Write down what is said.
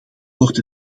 wordt